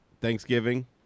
Thanksgiving